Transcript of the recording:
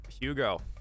Hugo